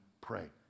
pray